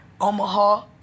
Omaha